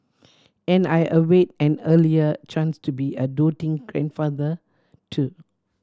and I await an earlier chance to be a doting grandfather too